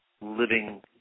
living